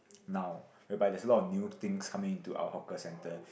now whereby there's a lot of new things coming into our hawker centre